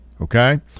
Okay